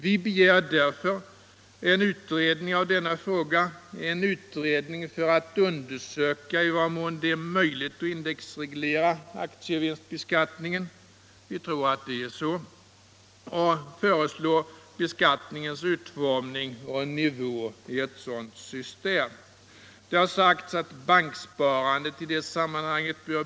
Vi begär därför en utredning av denna fråga, för att undersöka i vad mån det är möjligt att indexreglera aktievinstbeskattning -— vi tror att det är möjligt — och föreslå beskattningens utformning och nivå i ett sådant system. Det har sagts att banksparandet bör beaktas i det sammanhanget.